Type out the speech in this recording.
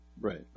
right